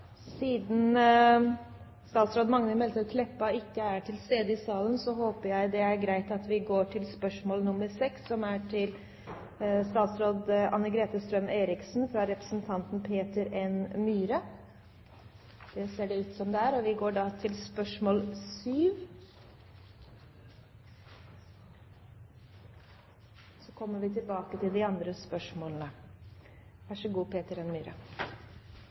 Siden de neste spørsmålene er stilt til statsråd Magnhild Meltveit Kleppa og hun ikke er til stede i salen, håper presidenten det er greit at vi går til spørsmål 7, som er fra representanten Peter N. Myhre til statsråd Anne-Grete Strøm-Erichsen. Så kommer vi tilbake til de andre spørsmålene. «Navnene på sykehusene i Oslo er blitt endret en rekke ganger i løpet av de